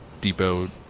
depot